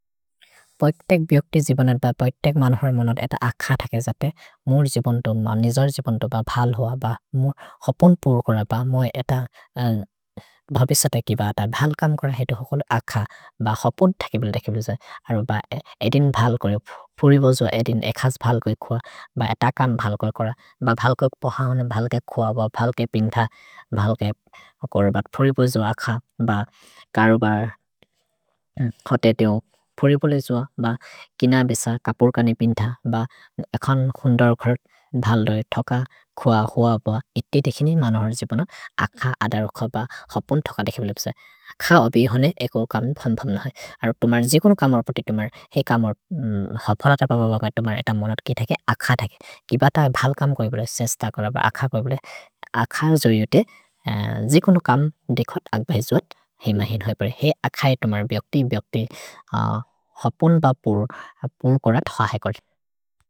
पैतेक् ब्यक्ति जिबनत् ब पैतेक् मनोहर् मोनत् ऐत अख थके जते मुर् जिबन्तो म निजर् जिबन्तो ब भल् होअ ब हपुन् पुर् कोर ब मोइ ऐत भबिस तकि ब ऐत भल् कम् कोर हेतु होकोलु अख ब हपुन् थके बिल तके बिल जते अरो ब एदिन् भल् कोरे, पुरि बोजुअ एदिन् एखस् भल् कोए कुअ ब ऐत कम् भल् कोरे कोर ब भल् कोएक् पहाने भल् केक् कुअ ब भल् केक् पिन्थ भल् केक् कोर ब पुरि बोजुअ अख ब करु ब खते तेओ पुरि बोलेजुअ ब किन बिस कपुर् कनि पिन्थ ब एखन् हुन्दर् घर्त् भल् दोइ थक कुअ होअ ब इति देखिनि मनोहर् जिबनो अख अद रुख ब हपुन् थक देखे बिल जते अख अभि होने एखो कम् भम् भम् नहि अरो तुम्हर जिकुनो कम् हपति तुम्हर हेइ कम् होर् हपन त पबबगय तुम्हर ऐत मोनत् कि थके अख थके किब थके भल् कम् कोए बिल सेस्त कोर ब अख कोए बिल अख जो युते जिकुनो कम् देख अग् भैजुअत् हेइ महिन् होइ परे हेइ अख ये तुम्हर ब्यक्ति ब्यक्ति हपुन् ब पुर् पुर् कोर थहे कोरे।